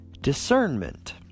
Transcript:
discernment